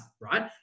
right